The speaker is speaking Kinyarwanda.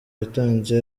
yatanze